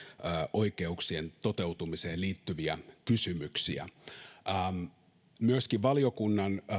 oikeuksien toteutumiseen liittyviä kysymyksiä ja ottaa vahvasti niihin kantaa myöskin valiokunnan